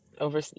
over